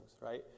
right